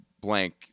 blank